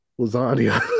lasagna